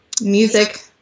music